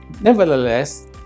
Nevertheless